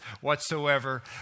whatsoever